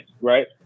right